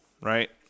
right